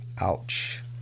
ouch